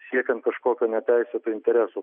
siekiant kažkokio neteisėto intereso